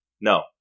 no